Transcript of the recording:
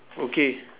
okay